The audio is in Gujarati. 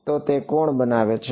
તો તે કોણ બનાવે છે